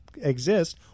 exist